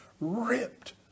ripped